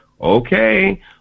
Okay